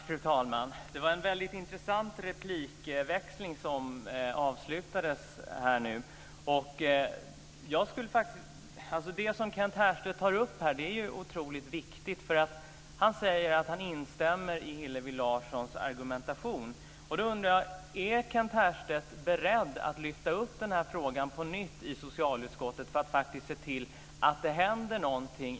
Fru talman! Det var en väldigt intressant replikväxling som avslutades nyss. Det som Kent Härstedt tar upp här är otroligt viktigt. Han säger att han instämmer i Hillevi Larssons argumentation. Då undrar jag: Är Kent Härstedt beredd att lyfta upp den här frågan på nytt i socialutskottet för att faktiskt se till att det händer något?